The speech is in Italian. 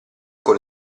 con